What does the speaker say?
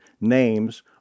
names